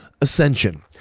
ascension